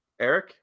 Eric